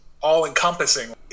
all-encompassing